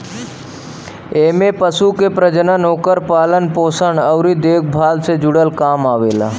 एमे पशु के प्रजनन, ओकर पालन पोषण अउरी देखभाल से जुड़ल काम आवेला